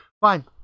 Fine